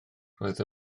roedd